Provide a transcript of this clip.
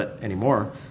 anymore